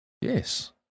Yes